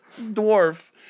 dwarf